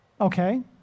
okay